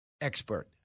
Expert